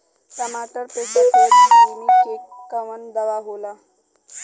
टमाटर पे सफेद क्रीमी के कवन दवा होला?